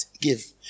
give